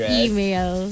email